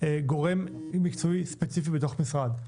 גורם מקצועי ספציפי בתוך משרד.